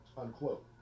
unquote